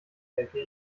denke